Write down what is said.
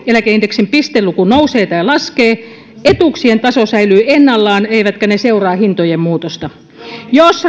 ja kansaneläkeindeksin pisteluku nousee tai laskee etuuksien taso säilyy ennallaan eivätkä ne seuraa hintojen muutosta jos